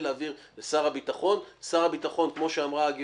הוא יש לו את החובה של הרשות המבצעת בעניין,